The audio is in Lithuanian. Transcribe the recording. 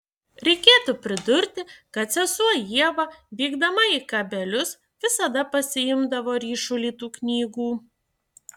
reikėtų pridurti kad sesuo ieva vykdama į kabelius visada pasiimdavo ryšulį tų knygų